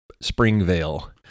Springvale